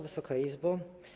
Wysoka Izbo!